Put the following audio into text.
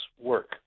work